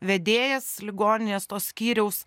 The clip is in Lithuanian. vedėjas ligoninės to skyriaus